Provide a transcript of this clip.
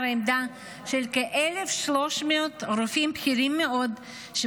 העמדה של כ-1,300 רופאים בכירים מאוד בנושא גיוס חרדים,